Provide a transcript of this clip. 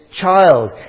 child